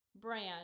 brand